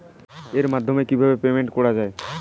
এর মাধ্যমে কিভাবে পেমেন্ট করা য়ায়?